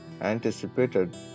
anticipated